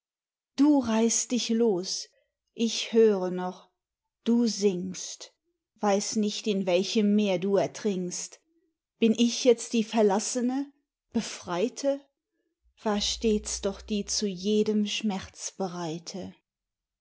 du reißt dich los ich höre noch du sinkst weiß nicht in welchem meer du ertrinkst bin ich jetzt die verlassene befreite war stets doch die zu jedem schmerz bereite